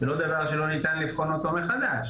זה לא דבר שלא ניתן לבחון אותו מחדש.